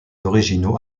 originaux